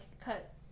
cut